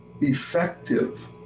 effective